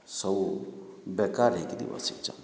ସବୁ ବେକାର୍ ହେଇକିରି ବସିଛନ୍